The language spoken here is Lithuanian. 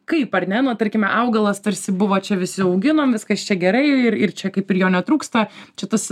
kaip ar ne nu tarkime augalas tarsi buvo čia visi auginom viskas čia gerai ir čia kaip ir jo netrūksta čia tas